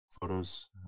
photos